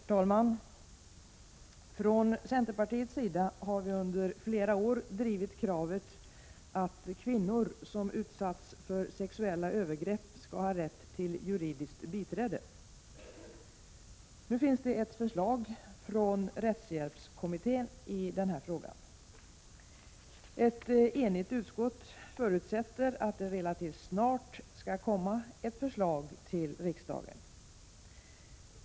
Herr talman! Från centerpartiets sida har vi under flera år drivit kravet att kvinnor som har utsatts för sexuella övergrepp skall ha rätt till juridiskt biträde. Nu finns det ett förslag från rättshjälpskommittén i denna fråga. Ett enigt utskott förutsätter att det relativt snart skall komma ett förslag till riksdagen.